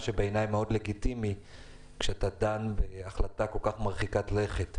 מה שבעיני מאוד לגיטימי כשאתה דן בהחלטה כל כך מרחיקת לכת,